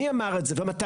מי אמר את זה ומתי?